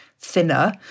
thinner